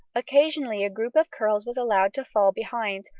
occasionally a group of curls was allowed to fall behind,